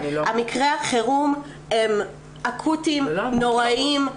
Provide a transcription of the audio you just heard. מקרי החירום הם אקוטיים, נוראיים.